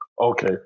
Okay